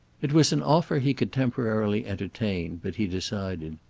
it was an offer he could temporarily entertain but he decided.